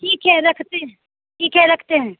ठीक है रखते हैं ठीक है रखते हैं